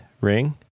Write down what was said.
ring